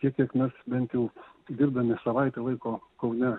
tiek kiek mes bent jau dirbdami savaitę laiko kaune